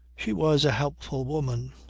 she was a helpful woman.